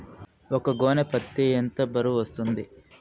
ఒక గోనె పత్తి ఎంత బరువు వస్తుంది?